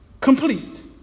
complete